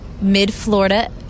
Mid-Florida